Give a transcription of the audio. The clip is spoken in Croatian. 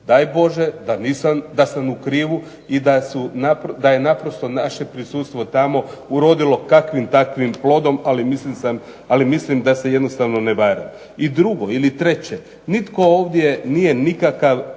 Daj Bože da sam u krivu i da je naprosto naše prisustvo tamo urodilo kakvim takvim plodom, ali mislim da se jednostavno ne varam. I drugo ili treće, nitko ovdje nije nikakav